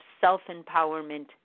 self-empowerment